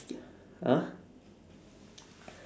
!huh!